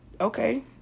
okay